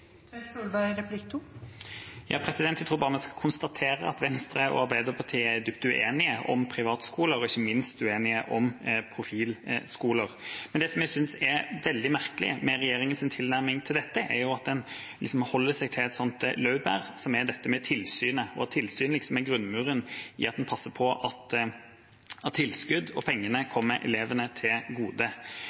dypt uenige om privatskoler, og ikke minst uenige om profilskoler. Men det som jeg synes er veldig merkelig med regjeringas tilnærming til dette, er at en holder seg til et laurbær som dette med tilsynet, og at tilsynet liksom er grunnmuren i at en passer på at tilskudd og pengene kommer elevene til gode.